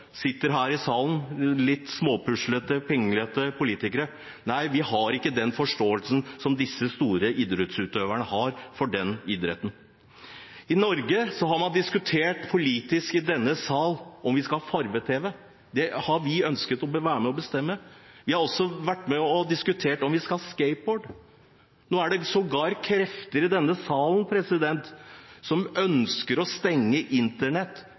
sitter her i salen, litt småpuslete og pinglete politikere. Nei, vi har ikke den forståelsen som disse store idrettsutøverne har, for denne idretten. I Norge diskuterte man politisk i denne salen om vi skulle ha farge-tv. Det ønsket vi politikere å være med på å bestemme. Vi har også vært med på å diskutere om vi skulle tillate skateboard. Nå er det krefter i denne salen som sågar ønsker å stenge Internett,